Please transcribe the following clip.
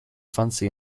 fantasy